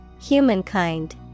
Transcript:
Humankind